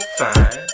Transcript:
fine